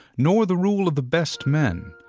nor the rule of the best men,